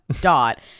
dot